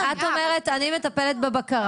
את אומרת "אני מטפלת בבקרה,